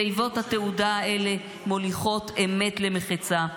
תיבות התהודה האלה מוליכות אמת למחצה,